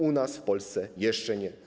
U nas, w Polsce, jeszcze nie.